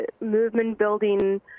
movement-building